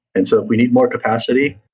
and so we need more capacity,